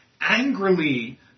angrily